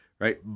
right